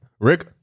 Rick